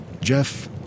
Jeff